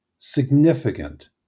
significant